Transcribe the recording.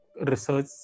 research